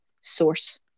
source